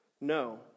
No